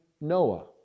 Noah